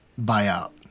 buyout